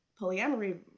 polyamory